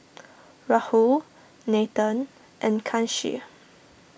Rahul Nathan and Kanshi